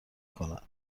کند